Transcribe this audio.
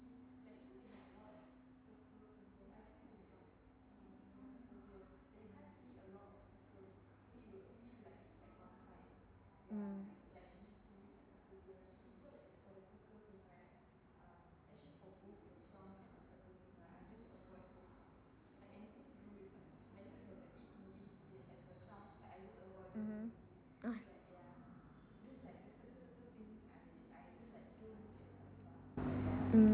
mm mmhmm ah mm